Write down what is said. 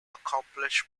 accomplish